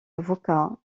avocat